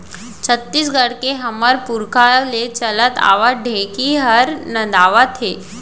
छत्तीसगढ़ के हमर पुरखा ले चले आवत ढेंकी हर नंदावत हे